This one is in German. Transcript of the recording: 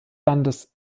landes